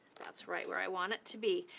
that's right where i want it to be.